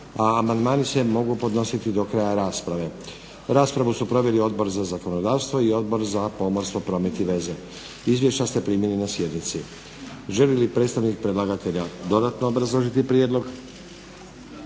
a amandmani se mogu podnositi do kraja rasprave. Raspravu su proveli Odbor za zakonodavstvo i Odbor za pomorstvo, promet i veze. Izvješća ste primili na sjednici. Želi li predstavnik predlagatelja dodatno obrazložiti prijedlog?